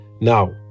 Now